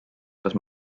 kas